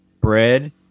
bread